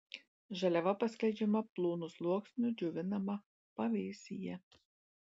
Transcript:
žaliava paskleidžiama plonu sluoksniu džiovinama pavėsyje